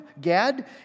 Gad